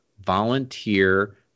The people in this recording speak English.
Volunteer